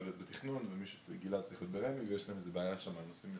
ויש כאלה.